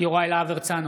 יוראי להב הרצנו,